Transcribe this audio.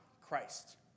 Christ